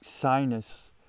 sinus